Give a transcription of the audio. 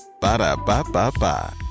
Ba-da-ba-ba-ba